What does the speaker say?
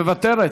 מוותרת,